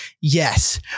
Yes